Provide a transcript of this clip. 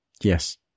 Yes